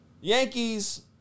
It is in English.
Yankees